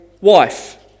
wife